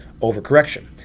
overcorrection